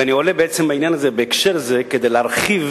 אני עולה בהקשר זה כדי להרחיב